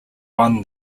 won